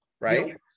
right